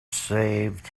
saved